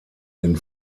den